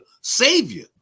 savior